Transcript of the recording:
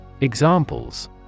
Examples